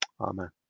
amen